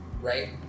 right